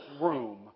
room